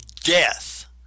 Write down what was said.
death